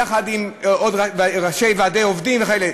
יחד עם עוד ראשי ועדי עובדים וכהנה,